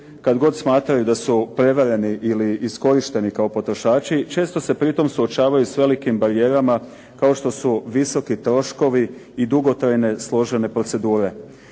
kad god smatraju da su prevareni ili iskorišteni kao potrošači, često se pritom suočavaju s velikim barijerama kao što su visoki troškovi i dugotrajne složene procedure.